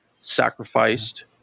sacrificed